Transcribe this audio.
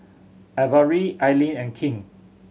Averie Ailene and King